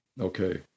Okay